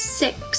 six